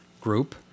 group